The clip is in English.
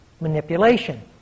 manipulation